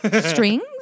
strings